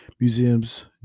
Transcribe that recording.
museums